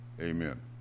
Amen